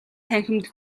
танхимд